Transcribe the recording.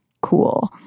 cool